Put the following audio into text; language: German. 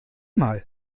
mal